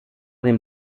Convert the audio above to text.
dem